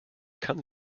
kann